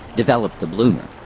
developed the bloomer,